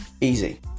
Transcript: Easy